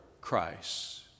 Christ